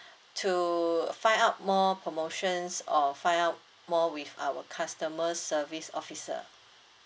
to find out more promotions or find out more with our customer service officer